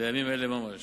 בימים אלה ממש.